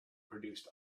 produced